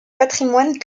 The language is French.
patrimoine